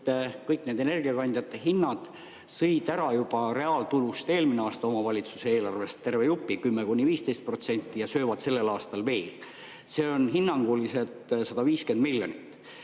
– kõik nende energiakandjate hinnad sõid ära reaaltulust juba eelmine aasta omavalitsuse eelarvest terve jupi, 10–15%, ja söövad sellel aastal veel. See on hinnanguliselt 150 miljonit.